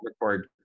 record